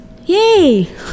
Yay